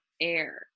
air